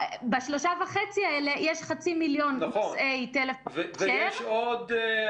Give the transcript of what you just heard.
ב-3.5 האלה יש חצי מיליון של נושאי טלפון --- ויש עוד,